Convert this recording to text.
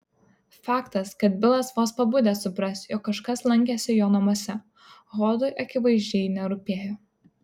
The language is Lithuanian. faktas kad bilas vos pabudęs supras jog kažkas lankėsi jo namuose hodui akivaizdžiai nerūpėjo